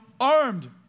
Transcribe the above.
armed